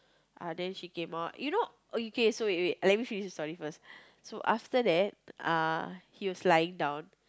uh then she came up you know okay so wait wait let me finish the story first so after that ah he was lying down